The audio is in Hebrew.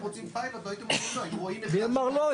אמר לא?